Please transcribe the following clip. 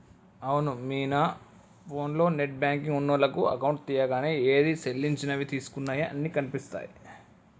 అవును మీనా ఫోన్లో నెట్ బ్యాంకింగ్ ఉన్నోళ్లకు అకౌంట్ తీయంగానే ఏది సెల్లించినవి తీసుకున్నయి అన్ని కనిపిస్తాయి